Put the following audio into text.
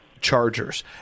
Chargers